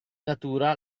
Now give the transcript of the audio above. natura